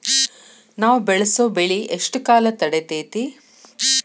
ನಾವು ಬೆಳಸೋ ಬೆಳಿ ಎಷ್ಟು ಕಾಲ ತಡೇತೇತಿ?